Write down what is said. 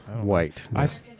White